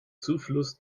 zufluss